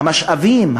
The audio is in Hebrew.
המשאבים,